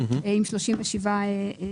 עם 37 סעיפים.